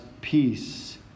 peace